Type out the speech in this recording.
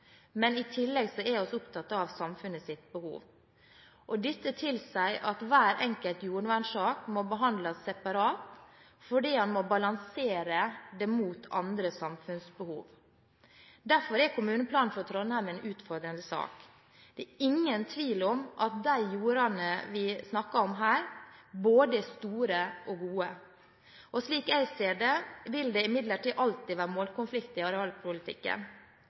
i tillegg er vi opptatt av samfunnets behov. Dette tilsier at hver enkelt jordvernsak må behandles separat fordi en må balansere mot andre samfunnsbehov. Derfor er kommuneplanen for Trondheim en utfordrende sak. Det er ingen tvil om at de jordene vi snakker om her, er både store og gode. Slik jeg ser det, vil det imidlertid alltid være målkonflikter i arealpolitikken.